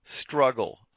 struggle